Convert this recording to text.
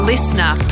Listener